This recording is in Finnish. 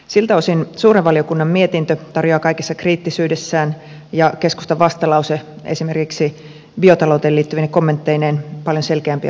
siltä osin suuren valiokunnan mietintö tarjoaa kaikessa kriittisyydessään ja keskustan vastalause esimerkiksi biotalouteen liittyvine kommentteineen paljon selkeämpiä prioriteetteja